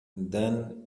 then